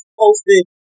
posted